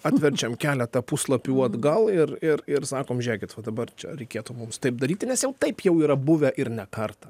atverčiam keletą puslapių atgal ir ir ir sakom žiūrėkit va dabar čia reikėtų mums taip daryti nes jau taip jau yra buvę ir ne kartą